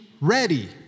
ready